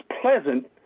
pleasant